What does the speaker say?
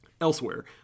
Elsewhere